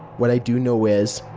what i do know is,